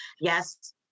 Yes